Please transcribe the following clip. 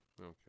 Okay